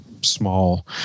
small